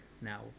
now